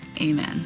Amen